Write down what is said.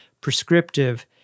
prescriptive